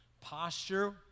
Posture